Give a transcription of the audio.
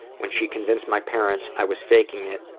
when she convinced my parents i was faking it,